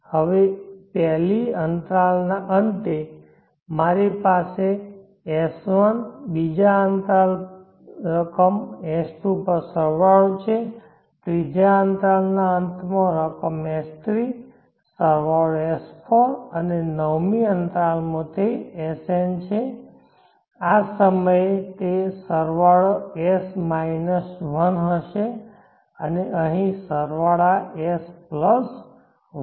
હવે 1 લી અંતરાલના અંતે મારી પાસે S1 બીજા અંતરાલ રકમ S2 પર સરવાળો છે ત્રીજા અંતરાલ ના અંતમાં રકમ S3 સરવાળો S4 અને નવમી અંતરાલમાં તે Sn છે આ સમયે તે સરવાળો s માઇનસ 1 હશે અને અહીં સરવાળા s પ્લસ 1